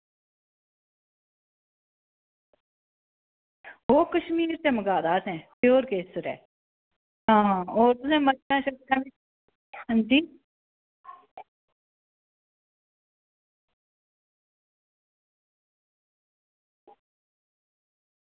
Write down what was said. ओह् कशमीर दा मंगवाये दा असें होर केसर ऐ आं ओह् तुसें अंजी